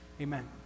Amen